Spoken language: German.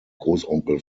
großonkel